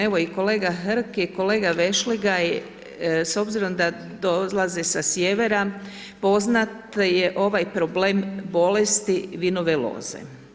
Evo, i kolega Hrg i kolega Vešligaj, s obzirom da dolaze sa sjevera, poznat je ovaj problem bolesti vinove loze.